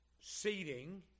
seating